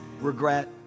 regret